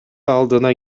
алдына